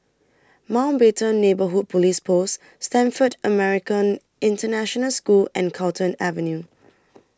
Mountbatten Neighbourhood Police Post Stamford American International School and Carlton Avenue